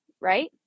right